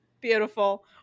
Beautiful